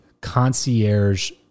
concierge